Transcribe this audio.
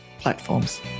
platforms